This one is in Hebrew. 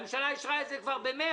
הרי הממשלה אישרה את זה כבר במרץ,